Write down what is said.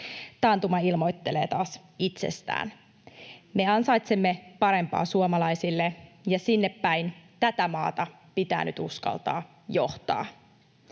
Taantuma ilmoittelee taas itsestään. Me ansaitsemme parempaa suomalaisille, ja sinne päin tätä maata pitää nyt uskaltaa johtaa.